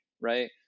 right